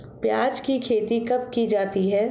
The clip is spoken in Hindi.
प्याज़ की खेती कब की जाती है?